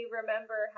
remember